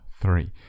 three